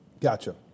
Gotcha